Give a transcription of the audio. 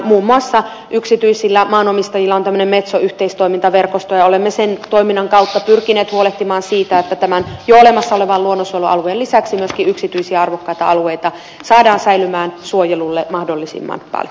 muun muassa yksityisillä maanomistajilla on tämmöinen metso yhteistyöverkosto ja olemme sen toiminnan kautta pyrkineet huolehtimaan siitä että tämän jo olemassa olevan luonnonsuojelualueen lisäksi myöskin yksityisiä arvokkaita alueita saadaan säilymään suojelulle mahdollisimman paljon